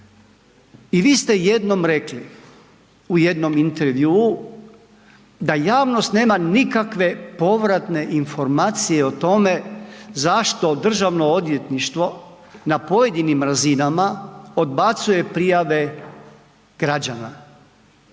i vi ste jednom rekli u jednom intervjuu da javnost nema nikakve povratne informacije o tome zašto državno odvjetništvo na pojedinim razinama odbacuje prijave građana.